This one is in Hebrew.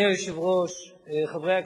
גברתי.